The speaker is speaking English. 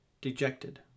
Dejected